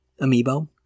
amiibo